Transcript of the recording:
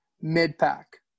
mid-pack